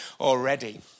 already